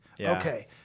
Okay